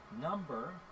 number